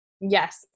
Yes